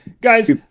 guys